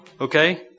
okay